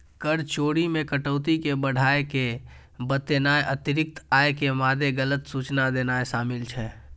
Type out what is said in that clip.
कर चोरी मे कटौती कें बढ़ाय के बतेनाय, अतिरिक्त आय के मादे गलत सूचना देनाय शामिल छै